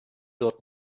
dort